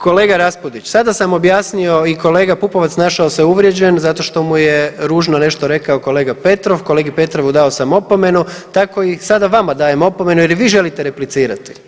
Kolega Raspudić sada sam objasnio i kolega Pupovac našao se uvrijeđen zato što mu je ružno nešto rekao kolega Petrov, kolegi Petrovu dao sam opomenu tako i sada vama dajem opomenu jer i vi želite replicirati.